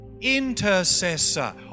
intercessor